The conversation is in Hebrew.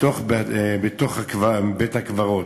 בתוך בית-הקברות.